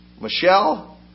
Michelle